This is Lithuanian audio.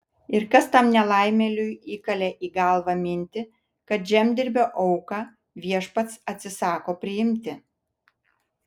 ir kas tam nelaimėliui įkalė į galvą mintį kad žemdirbio auką viešpats atsisako priimti